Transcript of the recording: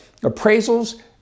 Appraisals